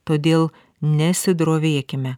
todėl nesidrovėkime